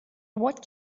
what